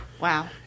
Wow